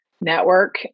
network